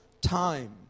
time